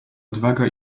odwaga